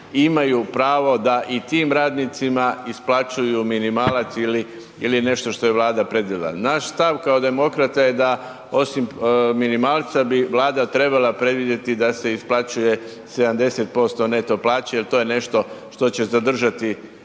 imaju pravo da i tim radnicima isplaćuju minimalac ili nešto što je Vlada predvidjela. Naš stav kao demokrata je da osim minimalca bi Vlada trebala predvidjeti da se isplaćuje 70% neto plaće jer to je nešto što će zadržati